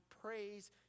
praise